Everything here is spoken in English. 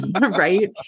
right